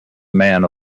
man